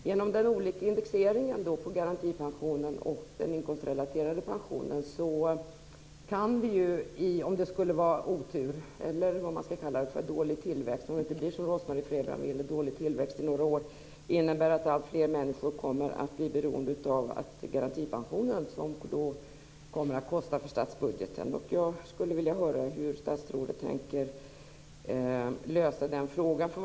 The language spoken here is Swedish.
Den olyckliga indexeringen på garantipensionen och den inkomstrelaterade pensionen innebär att om vi skulle ha otur eller vad vi nu skall kalla det, dvs. om det inte blir som Rose-Marie Frebran vill och vi får dålig tillväxt i några år, så kommer alltfler människor att bli beroende av garantipensionen. Den kommer då att belasta statsbudgeten. Jag undrar hur statsrådet tänker lösa det problemet.